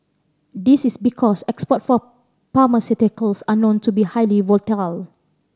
this is because export for pharmaceuticals are known to be highly volatile